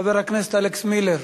חבר הכנסת אלכס מילר.